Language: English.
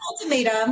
ultimatum